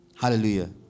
Hallelujah